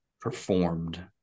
performed